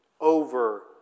over